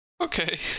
Okay